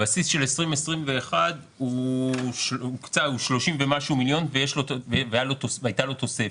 הבסיס של 2021 הוא 30 ומשהו מיליון והייתה לו תוספת.